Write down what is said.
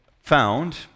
found